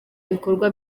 ibikorwa